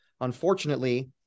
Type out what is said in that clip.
Unfortunately